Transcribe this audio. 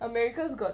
america's got